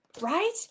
right